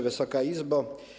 Wysoka Izbo!